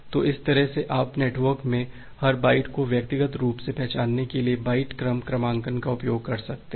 तो इस तरह से आप नेटवर्क में हर बाइट को व्यक्तिगत रूप से पहचानने के लिए बाइट क्रम क्रमांकन का उपयोग कर सकते हैं